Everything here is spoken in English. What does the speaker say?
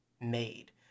made